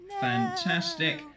Fantastic